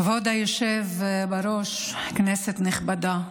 כבוד היושב בראש, כנסת נכבדה,